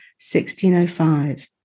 1605